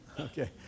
Okay